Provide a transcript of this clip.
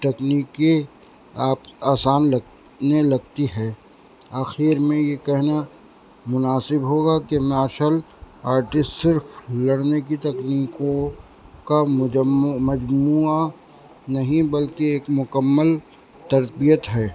تکنیکیں آپ آسان لگنے لگتی ہے آخیر میں یہ کہنا مناسب ہوگا کہ ماشل آرٹس صرف لڑنے کی تکنیکوں کا مجموعہ نہیں بلکہ ایک مکمل تربیت ہے